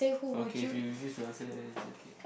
okay if you refuse to answer that then it's okay